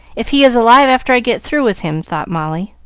if he is alive after i get through with him, thought molly,